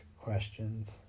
questions